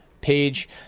page